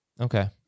Okay